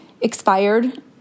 expired